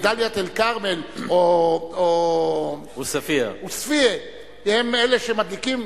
דאלית-אל-כרמל או עוספיא הם אלה שמדליקים,